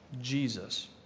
Jesus